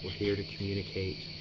here to communicate